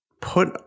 put